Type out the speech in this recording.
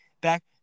back